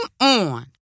on